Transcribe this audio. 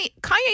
Kanye